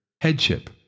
headship